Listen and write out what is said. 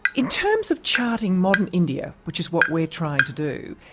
in terms of charting modern india, which is what we're trying to do,